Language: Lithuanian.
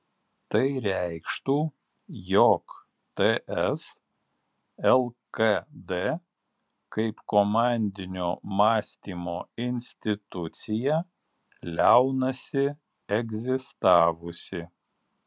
tai reikštų jog ts lkd kaip komandinio mąstymo institucija liaunasi egzistavusi